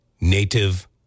Native